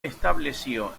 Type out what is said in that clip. estableció